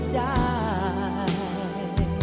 die